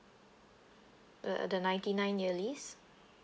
the uh the ninety nine year lease